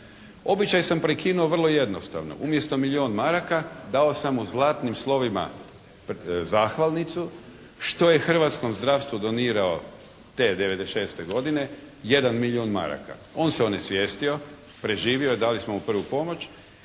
Običaj sam prekinuo vrlo jednostavno. Umjesto milijun maraka dao sam mu zlatnim slovima zahvalnicu što je hrvatskom zdravstvu donirao te '96. godine 1 milijun maraka. On se onesvijestio, preživio, dali smo mu prvu pomoć.